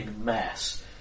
mass